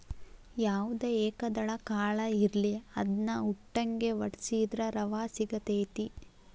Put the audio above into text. ಯಾವ್ದ ಏಕದಳ ಕಾಳ ಇರ್ಲಿ ಅದ್ನಾ ಉಟ್ಟಂಗೆ ವಡ್ಸಿದ್ರ ರವಾ ಸಿಗತೈತಿ